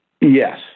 Yes